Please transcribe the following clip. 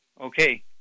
Okay